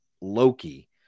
Loki